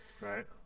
Right